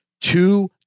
Two